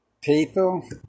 People